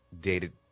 dated